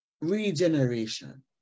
regeneration